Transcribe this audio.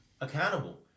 accountable